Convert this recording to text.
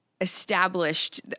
established